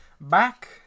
Back